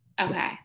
Okay